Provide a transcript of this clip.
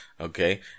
Okay